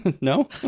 no